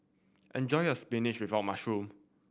enjoy your spinach with mushroom